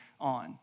on